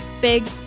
big